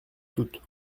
toutes